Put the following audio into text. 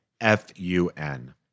F-U-N